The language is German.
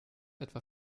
etwa